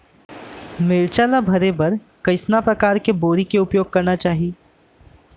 मिरचा ला भरे बर कइसना परकार के बोरी के उपयोग करना चाही?